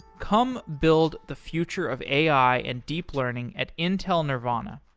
come build the future of ai and deep learning at intel nervana.